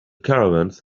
caravans